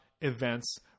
events